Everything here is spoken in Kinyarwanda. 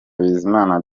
bizimana